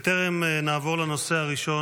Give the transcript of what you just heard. בטרם נעבור לנושא הראשון,